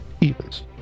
Evens